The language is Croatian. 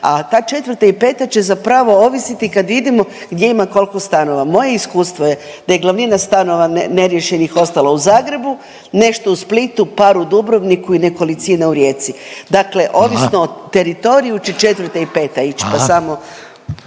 a ta 4. i 5. će zapravo ovisiti kad vidimo gdje ima kolko stanova. Moje iskustvo je da je glavnina stanova neriješenih ostala u Zagrebu, nešto u Splitu, par u Dubrovniku i nekolicina u Rijeci. Dakle, ovisno o … …/Upadica